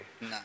No